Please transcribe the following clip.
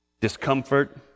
discomfort